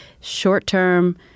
short-term